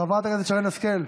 חברת הכנסת שרן השכל,